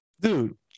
Dude